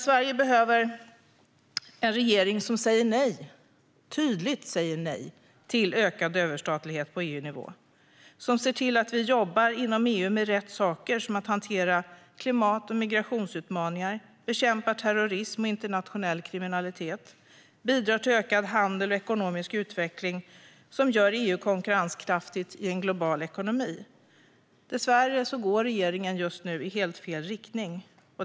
Sverige behöver en regering som tydligt säger nej till ökad överstatlighet på EU-nivå och som ser till att vi inom EU jobbar med rätt saker, till exempel hanterar klimat och migrationsutmaningar, bekämpar terrorism och internationell kriminalitet samt bidrar till ökad handel och ekonomisk utveckling som gör EU konkurrenskraftigt i en global ekonomi. Dessvärre går regeringen just nu i helt fel riktning.